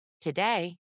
Today